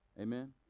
Amen